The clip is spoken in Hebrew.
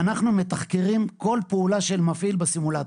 ואנחנו מתחקרים כל פעולה של מפעיל בסימולטור.